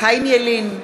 חיים ילין,